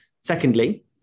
Secondly